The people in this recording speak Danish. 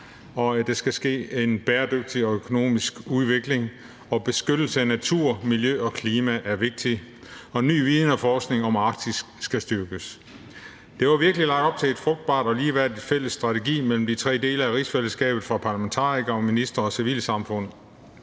at der skal ske en bæredygtig økonomisk udvikling; at beskyttelse af natur og miljø og klima er vigtigt; at ny viden og forskning om Arktis skal styrkes. Der var virkelig lagt op til en frugtbar og ligeværdig fælles strategi mellem de tre dele af rigsfællesskabet for parlamentarikere, ministre og civilsamfund,